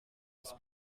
ist